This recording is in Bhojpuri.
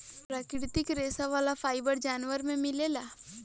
प्राकृतिक रेशा वाला फाइबर जानवर में मिलेला